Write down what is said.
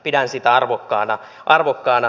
pidän sitä arvokkaana